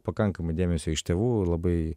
pakankamai dėmesio iš tėvų labai